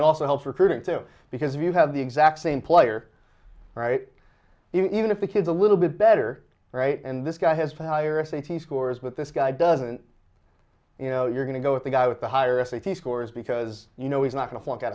it also helps recruiting too because you have the exact same player right even if the kids a little bit better right and this guy has a higher safety scores but this guy doesn't you know you're going to go with the guy with the higher if he scores because you know he's not going to walk out